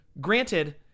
Granted